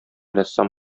рәссам